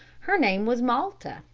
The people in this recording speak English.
her name was malta,